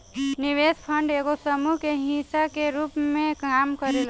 निवेश फंड एगो समूह के हिस्सा के रूप में काम करेला